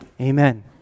Amen